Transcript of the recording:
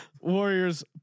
Warriors